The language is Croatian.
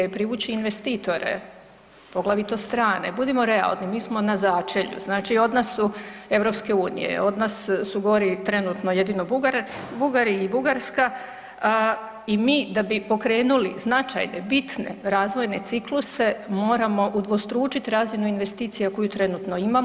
Privući investitore, poglavito strane, budimo realni mi smo na začelju znači od nas su, EU, od nas su gori trenutno jedino Bugari i Bugarska i mi da bi pokrenuli značajne, bitne razvojne cikluse moramo udvostručiti razinu investicija koju trenutno imamo.